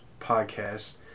podcast